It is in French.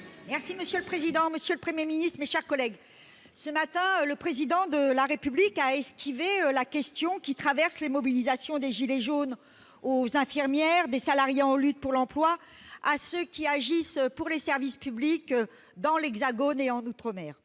Monsieur le président, monsieur le Premier ministre, mes chers collègues, ce matin, le Président de la République a esquivé la question qui traverse les mobilisations, des « gilets jaunes » aux infirmières, des salariés en lutte pour l'emploi à ceux qui agissent pour les services publics dans l'Hexagone et outre-mer.